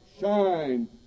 shine